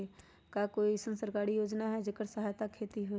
का कोई अईसन सरकारी योजना है जेकरा सहायता से खेती होय?